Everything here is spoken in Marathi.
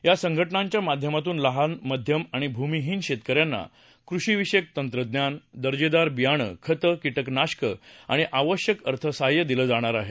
या संघटनांच्या माध्यमातून लहान मध्यम आणि भूमीहीन शेतकऱ्यांना कृषी विषयक तंत्रज्ञान दर्जेदार बियाणं खतं कीटकनाशकं आणि आवश्यक अर्थसहाय्य दिलं जाणार आहे